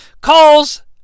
calls